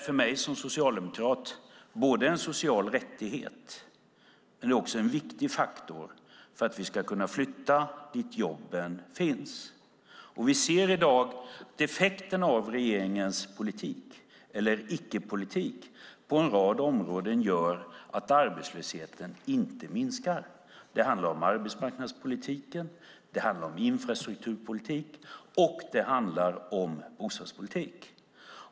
För mig som socialdemokrat är bostaden en social rättighet, men den är också en viktig faktor för att vi ska kunna flytta dit jobben finns. I dag ser vi hur effekterna av regeringens politik eller icke-politik på en rad områden gör att arbetslösheten inte minskar. Det handlar om arbetsmarknadspolitiken, infrastrukturpolitiken och bostadspolitiken.